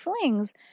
flings